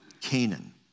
Canaan